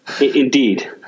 indeed